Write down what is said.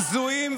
בזויים,